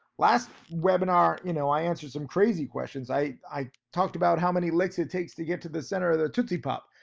last webinar, you know, i answered some crazy questions. i i talked about how many licks it takes to get to the center of the tootsie pop.